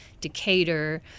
Decatur